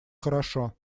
хорошо